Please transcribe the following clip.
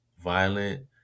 violent